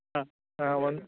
ಹಾಂ ಹಾಂ ಒನ್